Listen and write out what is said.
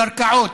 קרקעות,